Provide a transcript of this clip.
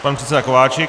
Pan předseda Kováčik.